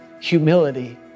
Humility